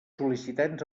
sol·licitants